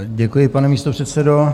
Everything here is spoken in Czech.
Děkuji, pane místopředsedo.